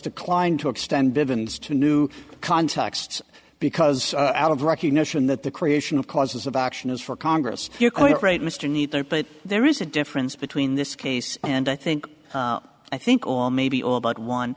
declined to extend dividends to new contexts because out of recognition that the creation of causes of action is for congress you're quite right mr neither but there is a difference between this case and i think i think or maybe all but one